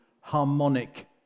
harmonic